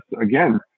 again